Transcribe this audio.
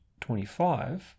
25